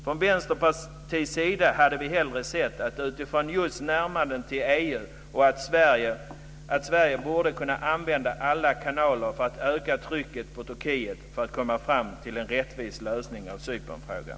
Från Vänsterpartiets sida hade vi hellre sett utifrån just närmandet till EU att Sverige använde alla kanaler för att öka trycket på Turkiet för att komma fram till en rättvis lösning av Cypernfrågan.